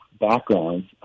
backgrounds